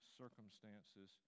circumstances